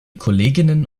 kolleginnen